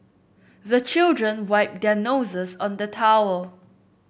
the children wipe their noses on the towel